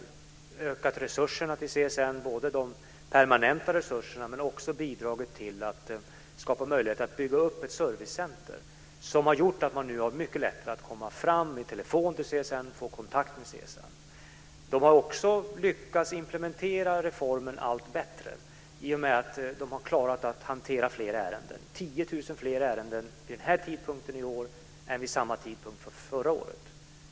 Vi har ökat resurserna till CSN, bl.a. de permanenta resurserna, men vi har också bidragit till att skapa möjligheter att bygga upp ett servicecenter som har gjort att man nu har mycket lättare att komma fram i telefon till CSN och få kontakt med CSN. CSN har också lyckats implementera reformen allt bättre i och med att man har klarat att hantera fler ärenden, 10 000 fler ärenden vid denna tidpunkt i år än vid samma tidpunkt förra året.